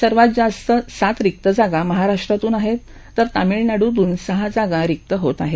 सर्वात जास्त सात रिक्त जागा महाराष्ट्रातून आहेत तर तामिळनाडुतून सहा जागा रिक्त होत आहेत